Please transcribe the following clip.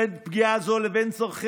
האיזון הראוי בין פגיעה זו לבין צורכי